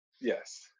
Yes